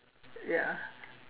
ya